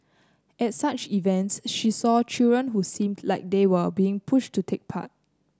at such events she saw children who seemed like they were being pushed to take part